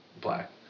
black